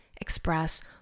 express